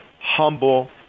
humble